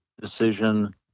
decision